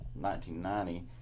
1990